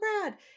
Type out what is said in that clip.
brad